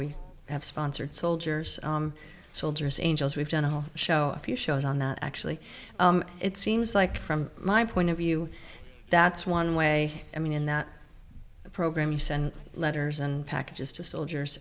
we have sponsored soldiers soldiers angels we've done a whole show a few shows on that actually it seems like from my point of view that's one way i mean in that program you send letters and packages to